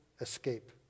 escape